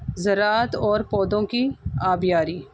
زراعت اور پودوں کی آبیاری